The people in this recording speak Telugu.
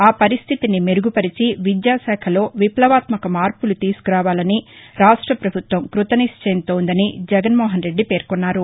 ఆ పరిస్థితి మెరుగు పరచి విద్యాశాఖలో విప్లవాత్మక మార్పులు తీసుకురావాలని రాష్ట ప్రభుత్వం కృత నిశ్చయంతో వుందని జగన్మోహన్రెడ్డి పేర్కొన్నారు